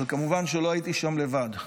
כמובן שלא הייתי שם לבד.